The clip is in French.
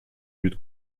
but